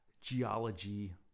geology